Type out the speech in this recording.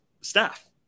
staff